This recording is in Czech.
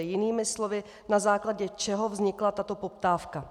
Jinými slovy, na základě čeho vznikla tato poptávka.